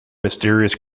mysterious